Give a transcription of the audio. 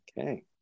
Okay